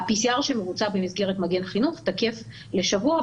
ה-PCR שמבוצע במסגרת מגן חינוך תקף לשבוע,